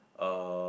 uh